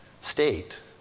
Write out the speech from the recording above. state